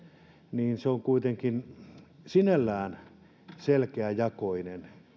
niin se on kuitenkin sinällään selkeäjakoinen